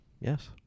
Yes